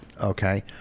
Okay